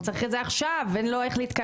הוא צריך את זה עכשיו, אין לו איך להתקלח.